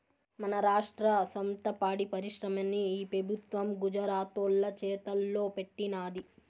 మన రాష్ట్ర సొంత పాడి పరిశ్రమని ఈ పెబుత్వం గుజరాతోల్ల చేతల్లో పెట్టినాది